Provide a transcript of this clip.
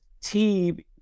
team